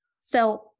So-